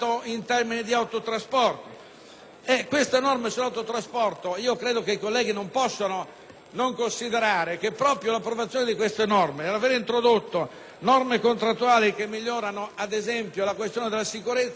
previsto in tema di autotrasporto. Credo che i colleghi non possano non considerare che proprio l'approvazione di queste norme, l'aver introdotto norme contrattuali che migliorano, ad esempio, la sicurezza, ha evitato il blocco dei TIR